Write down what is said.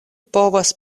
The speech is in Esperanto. povas